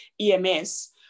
EMS